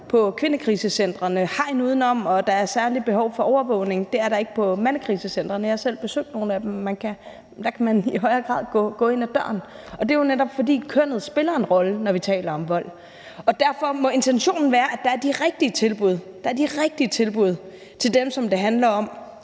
i kvindekrisecentre, hegn udenom, og at der er særlig behov for overvågning; det er der ikke på mandekrisecentrene. Jeg har selv besøgt nogle af dem, og der kan man i højere grad gå lige ind ad døren, og det er jo netop, fordi kønnet spiller en rolle, når vi taler om vold. Derfor må intentionen være, at der er de rigtige tilbud til dem, som det handler om,